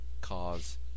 cause